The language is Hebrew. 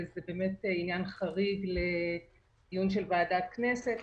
הוא באמת עניין חריג לדיון של ועדת כנסת,